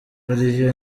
olivier